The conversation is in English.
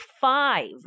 five